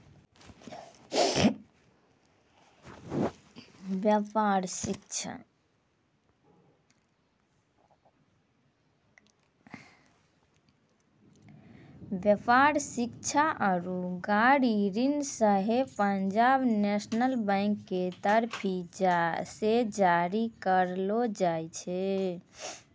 व्यापार, शिक्षा आरु गाड़ी ऋण सेहो पंजाब नेशनल बैंक के तरफो से जारी करलो जाय छै